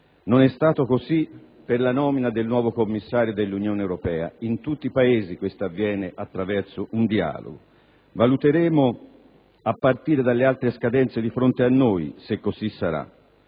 Non è stato così per la nomina del nuovo Commissario dell'Unione Europea: in tutti i Paesi ciò avviene attraverso un dialogo. Valuteremo a partire dalle altre scadenze di fronte a noi se così sarà: